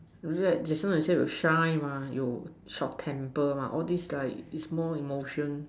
that's why I say you shy mah you short temper mah all these like is more emotion